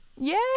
Yay